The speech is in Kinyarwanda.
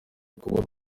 kuba